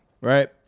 right